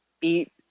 eat